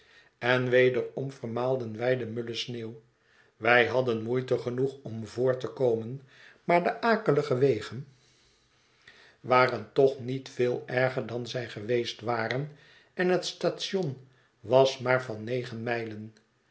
en wederom vermaalden wij de mulle sneeuw wij hadden moeite genoeg om voort te komen maar de akelige wegen waren toch niet veel erger dan zij geweest waren en het station was maar van negen mijlen